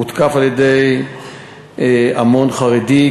הותקף על-ידי המון חרדי.